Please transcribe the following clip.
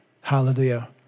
Hallelujah